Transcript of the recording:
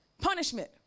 Punishment